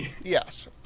yes